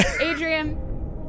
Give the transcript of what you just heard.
Adrian